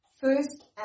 first